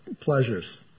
pleasures